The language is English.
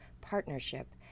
partnership